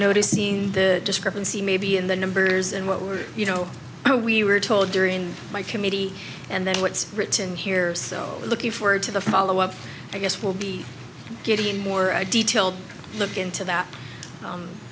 noticing the discrepancy may be in the numbers and what you know how we were told during my committee and then what's written here so looking forward to the follow up i guess will be getting more detailed look into that